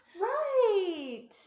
Right